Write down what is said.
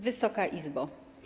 Wysoka Izbo!